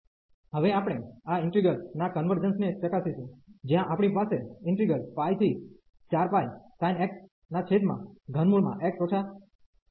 હવે આપણે આ ઇંટીગ્રેલના કન્વર્જન્સ ને ચકાસીશું જ્યાં આપણી પાસે4πsin x 3x πdx છે